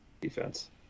Defense